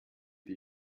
die